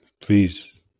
Please